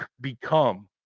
become